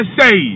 say